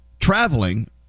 traveling